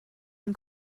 den